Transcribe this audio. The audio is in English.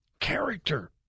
Character